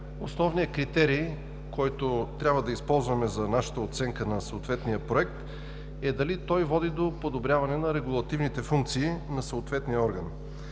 основният критерий, който трябва да използваме за оценката на съответния проект, е дали той води до подобряване на регулативните функции на съответния орган.